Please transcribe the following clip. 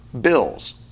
bills